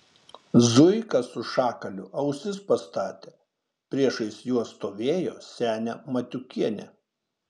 zuika su šakaliu ausis pastatė priešais juos stovėjo senė matiukienė